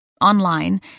online